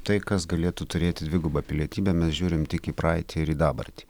tai kas galėtų turėti dvigubą pilietybę mes žiūrime tik į praeitį ir į dabartį